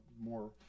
more